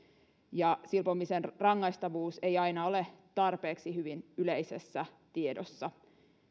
ja silpomisen rangaistavuus ei aina ole tarpeeksi hyvin yleisessä tiedossa